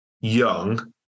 young